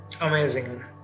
Amazing